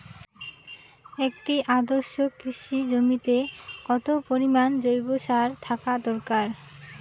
একটি আদর্শ কৃষি জমিতে কত পরিমাণ জৈব সার থাকা দরকার?